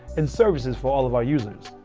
and services for all of our users.